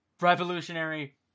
revolutionary